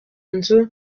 nzu